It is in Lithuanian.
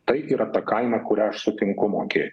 tai yra ta kaina kurią aš sutinku mokėt